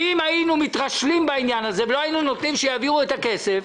אם היינו מתרשלים בעניין הזה ולא היינו נותנים שיעבירו את הכסף,